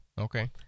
Okay